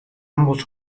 ambos